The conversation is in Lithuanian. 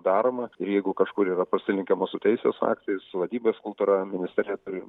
daroma ir jeigu kažkur yra prasilenkiama su teisės aktais su vadybos kultūra ministerija turi